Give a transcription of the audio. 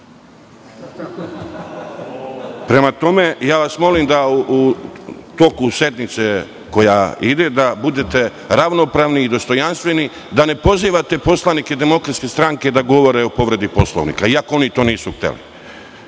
bukve. Prema tome, ja vas molim da toku sednice koja ide da budete ravnopravni i dostojanstveni da ne pozivate poslanike DS da govore o povredi Poslovnika iako oni to nisu hteli.